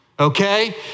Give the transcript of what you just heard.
Okay